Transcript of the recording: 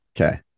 Okay